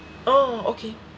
oh okay